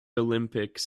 olympics